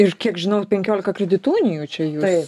ir kiek žinau penkiolika kreditų unijų čia jūs